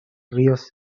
ríos